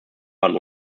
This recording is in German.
waren